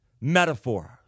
metaphors